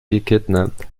gekidnappt